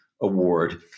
award